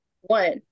one